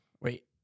Wait